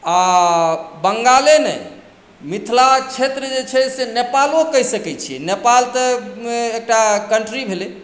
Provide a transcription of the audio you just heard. आऽऽ बंगाले नहि मिथिला क्षेत्र जे छै से नेपालो कहि सकै छियै नेपाल तऽ एकटा कन्ट्री भेलै